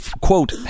quote